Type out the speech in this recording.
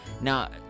Now